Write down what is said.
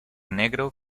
negro